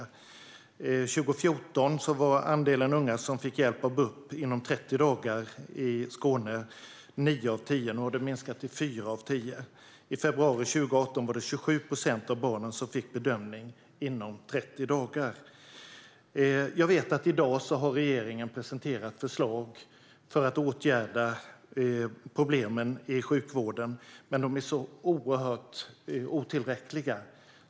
År 2014 var andelen unga i Skåne som fick hjälp av BUP inom 30 dagar nio av tio, men nu har det minskat till fyra av tio. I februari 2018 var det 27 procent av barnen som fick en bedömning inom 30 dagar. Jag vet att regeringen i dag har presenterat förslag för att åtgärda problemen i sjukvården, men dessa är oerhört otillräckliga.